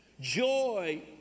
joy